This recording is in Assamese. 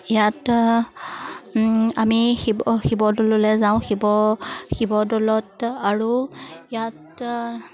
ইয়াত আমি শিৱ শিৱদৌললৈ যাওঁ শিৱ শিৱদৌলত আৰু ইয়াত